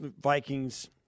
Vikings